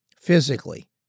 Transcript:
physically